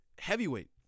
heavyweight